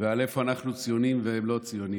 ועל איפה אנחנו ציונים והם לא ציונים.